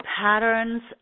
patterns